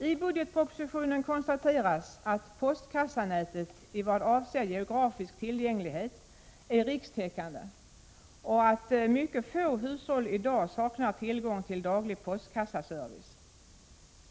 I budgetpropositionen konstateras att postkassenätet i vad avser geografisk tillgänglighet är rikstäckande och att mycket få hushåll i dag saknar tillgång till daglig postkassaservice.